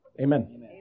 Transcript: Amen